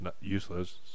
useless